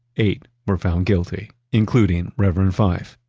eight were found guilty, including reverend fife,